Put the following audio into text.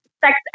sex